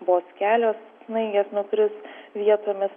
vos kelios snaigės nukris vietomis